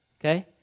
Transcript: Okay